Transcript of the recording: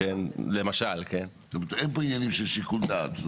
זאת אומרת, אין פה עניינים של שיקול דעת?